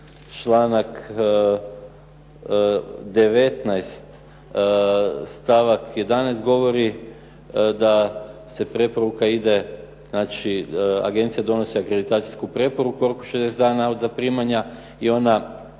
članak 19. stavak 11. govori da preporuka ide, znači agencija donosi akreditacijsku preporuku u roku 60 dana od zaprimanja i ona